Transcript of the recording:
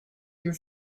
your